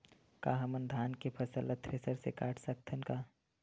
का हमन धान के फसल ला थ्रेसर से काट सकथन का?